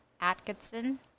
Atkinson